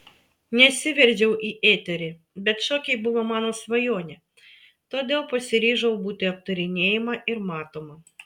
nesiveržiau į eterį bet šokiai buvo mano svajonė todėl pasiryžau būti aptarinėjama ir matoma